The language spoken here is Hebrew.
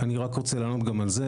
אני אענה על זה,